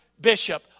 bishop